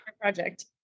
project